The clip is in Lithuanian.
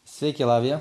sveiki lavija